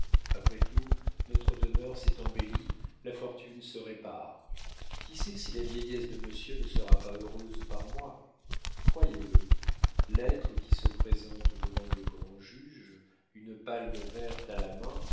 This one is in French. après tout notre demeure s'est embellie la fortune se répare qui sait si la vieillesse de monsieur ne sera pas heureuse par moi croyez-le l'être qui se présente devant le grand juge une palme verte à la main